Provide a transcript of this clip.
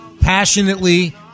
passionately